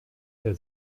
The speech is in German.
der